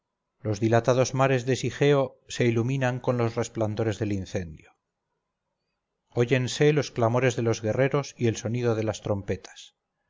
los dilatados mares de sigeo se iluminan con los resplandores del incendio óyense los clamores de los guerreros y el sonido de las trompetas